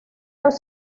los